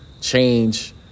change